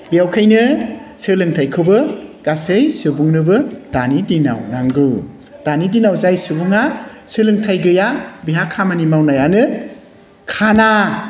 बेखायनो सोलोंथाइखौबो गासै सुबुंनोबो दानि दिनाव नांगौ दानि दिनाव जाय सुबुङा सोलोंथाइ गैया बेहा खामानि मावनायानो खाना